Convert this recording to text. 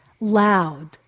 Loud